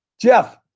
Jeff